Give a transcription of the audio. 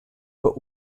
but